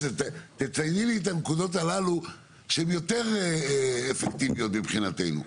תצייני לי את הנקודות הללו שהם יותר אפקטיביות מבחינתנו.